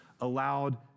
allowed